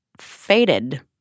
faded